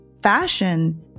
fashion